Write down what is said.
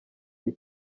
iki